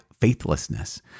faithlessness